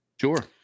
Sure